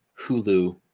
Hulu